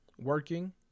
working